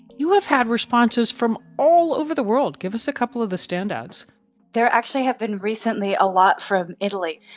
you have had responses from all over the world. give us a couple of the standouts there actually have been recently a lot from italy.